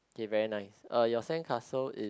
K very nice uh your sandcastle is